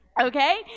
okay